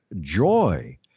joy